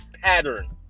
pattern